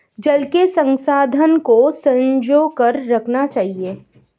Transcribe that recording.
जल के संसाधन को संजो कर रखना चाहिए